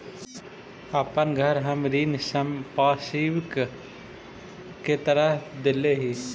अपन घर हम ऋण संपार्श्विक के तरह देले ही